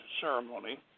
ceremony